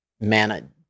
man